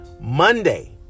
Monday